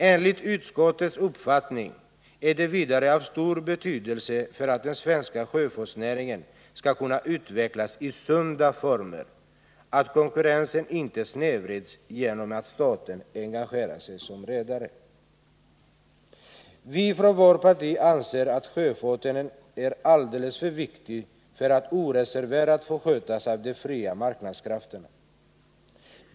Enligt utskottets uppfattning är det vidare av stor betydelse för att den svenska sjöfartsnäringen skall kunna utvecklas i sunda former att konkurrensen inte snedvrids genom att staten engagerar sig som rederiägare.” Vi från vårt parti anser att sjöfarten är alldeles för viktig för att oreserverat få skötas av de ”fria marknadskrafterna”.